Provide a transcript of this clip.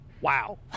Wow